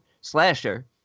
slasher